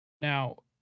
Now